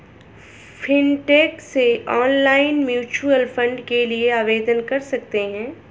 fintech से online mutual fund के लिए आवेदन कर सकते हैं